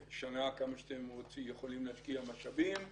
שנה, כמה שאתם יכולים להשקיע משאבים,